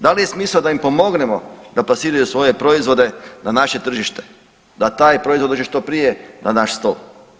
Da li je smisao da im pomognemo da plasiraju svoje proizvode na naše tržište, da taj proizvod dođe što prije na naš stol.